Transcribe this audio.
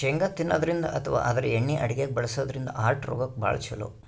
ಶೇಂಗಾ ತಿನ್ನದ್ರಿನ್ದ ಅಥವಾ ಆದ್ರ ಎಣ್ಣಿ ಅಡಗ್ಯಾಗ್ ಬಳಸದ್ರಿನ್ದ ಹಾರ್ಟ್ ರೋಗಕ್ಕ್ ಭಾಳ್ ಛಲೋ